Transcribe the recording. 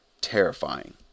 terrifying